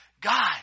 God